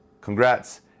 Congrats